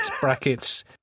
brackets